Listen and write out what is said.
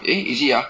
eh is it ah